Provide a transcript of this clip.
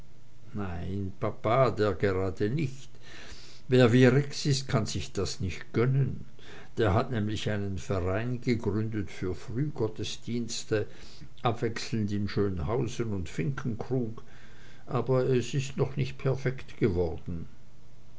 nein papa der gerade nicht wer wie rex ist kann sich das nicht gönnen er hat nämlich einen verein gegründet für frühgottesdienste abwechselnd in schönhausen und finkenkrug aber es ist noch nicht perfekt geworden